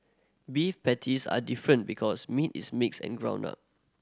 beef patties are different because meat is mixed and ground up